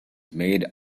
made